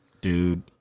Dude